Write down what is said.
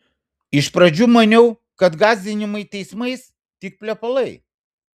iš pradžių maniau kad gąsdinimai teismais tik plepalai